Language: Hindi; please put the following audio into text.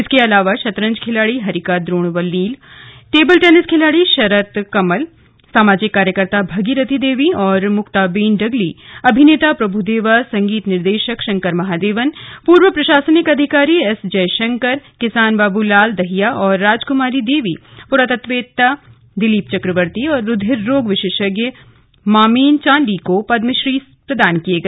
इसके अलावा शतरंज खिलाड़ी हरिका द्रोणवल्लील टेबल टेनिस खिलाड़ी शरत कमल सामाजिक कार्यकर्ता भगीरथी देवी तथा मुक्ताबेन डगली अभिनेता प्रभुदेवा संगीत निर्देशक शंकर महादेवन पूर्व प्रशासनिक अधिकारी एस जयशंकर किसान बाबू लाल दहिया तथा राजकुमारी देवी पुरातत्ववेत्ता दिलीप चकवर्ती और रूधिर रोग विशेषज्ञ मामेन चांडी को पद्मश्री प्रदान किए गया